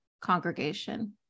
congregation